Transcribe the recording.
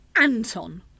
Anton